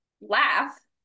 laugh